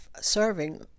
serving